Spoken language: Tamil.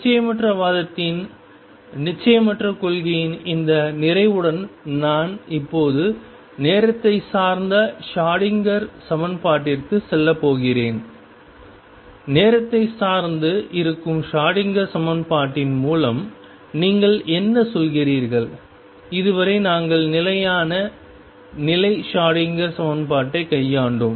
நிச்சயமற்ற வாதத்தின் நிச்சயமற்ற கொள்கையின் இந்த நிறைவுடன் நான் இப்போது நேரத்தை சார்ந்த ஷ்ரோடிங்கர் சமன்பாட்டிற்கு செல்லப் போகிறேன் நேரத்தை சார்ந்து இருக்கும் ஷ்ரோடிங்கர் சமன்பாட்டின் மூலம் நீங்கள் என்ன சொல்கிறீர்கள் இதுவரை நாங்கள் நிலையான நிலை ஷ்ரோடிங்கர் சமன்பாட்டைக் கையாண்டோம்